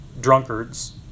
drunkards